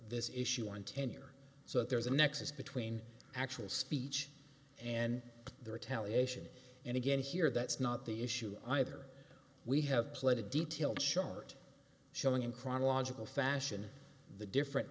this issue on tenure so there's a nexus between actual speech and the retaliation and again here that's not the issue either we have plenty detail chart showing in chronological fashion the different